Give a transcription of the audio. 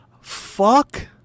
fuck